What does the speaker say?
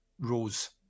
Rose